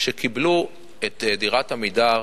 שקיבלו את דירת "עמידר"